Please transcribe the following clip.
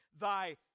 Thy